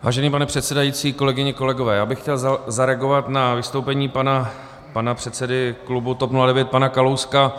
Vážený pane předsedající, kolegyně, kolegové, já bych chtěl zareagovat na vystoupení předsedy klubu TOP 09 pana Kalouska.